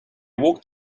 walked